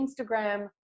Instagram